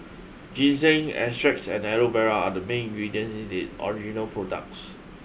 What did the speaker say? ginseng extracts and Aloe Vera are the main ingredients in its original products